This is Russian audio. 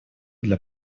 для